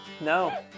No